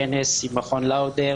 כנס עם מכון לאודר